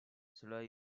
cela